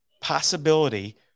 possibility